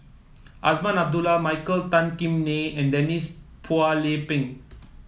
Azman Abdullah Michael Tan Kim Nei and Denise Phua Lay Peng